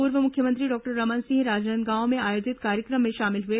पूर्व मुख्यमंत्री डॉक्टर रमन सिंह राजनांदगांव में आयोजित कार्यक्रम में शामिल हुए